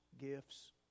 gifts